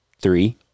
three